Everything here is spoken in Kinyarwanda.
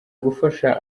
gufasha